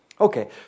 Okay